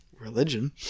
religion